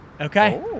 Okay